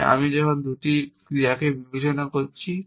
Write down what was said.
যে আমি যখন দুটি ক্রিয়াকে বিবেচনা করছি